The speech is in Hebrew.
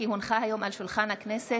כי הונחו היום על שולחן הכנסת,